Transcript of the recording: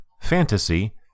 fantasy